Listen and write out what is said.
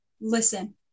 listen